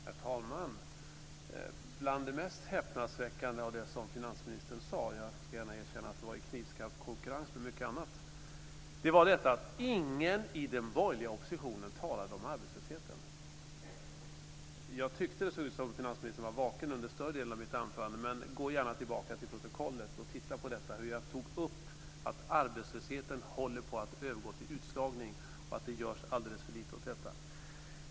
Herr talman! Bland det mest häpnadsväckande av det som finansministern sade - jag ska gärna erkänna att det var i knivskarp konkurrens med mycket annat - var att ingen i den borgerliga oppositionen talade om arbetslösheten. Jag tyckte att det såg ut som om finansministern var vaken under större delen av mitt anförande. Men gå gärna tillbaka till protokollet och titta på hur jag tog upp att arbetslösheten håller på att övergå till utslagning och att det görs alldeles för lite åt detta.